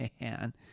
Man